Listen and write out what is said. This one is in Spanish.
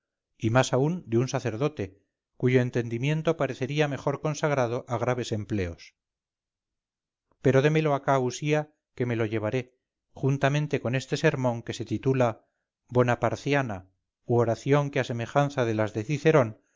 y más aún de un sacerdote cuyo entendimiento parecería mejor consagrado a graves empleos pero démelo acá usía que me lo llevaré juntamente con este sermón que se titula bonaparciana u oración que a semejanza de las